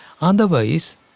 Otherwise